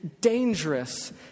dangerous